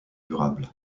durable